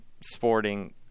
sporting